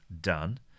done